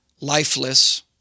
lifeless